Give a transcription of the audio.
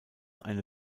eine